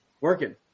working